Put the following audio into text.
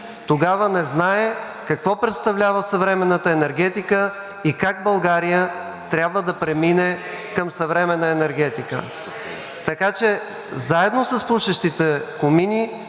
тогава не знае какво представлява съвременната енергетика и как България трябва да премине към съвременна енергетика, така че заедно с пушещите комини